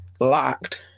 locked